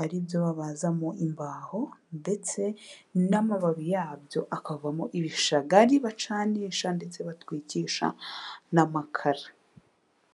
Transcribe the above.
aribyo babazamo imbaho, ndetse n'amababi yabyo akavamo ibishagari bacanisha ndetse batwikisha n'amakara.